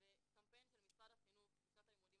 קמפיין של משרד החינוך בשנת הלימודים